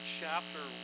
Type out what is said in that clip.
chapter